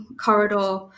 Corridor